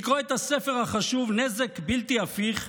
לקרוא את הספר החשוב "נשק בלתי הפיך",